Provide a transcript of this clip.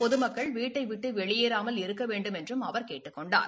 பொதுமக்கள் வீட்டை விட்டு வெளியேறாமல் இருக்க வேண்டுமென்றும் அவர் கேட்டுக் கொண்டார்